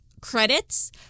credits